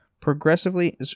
progressively